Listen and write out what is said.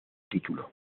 título